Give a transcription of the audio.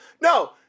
No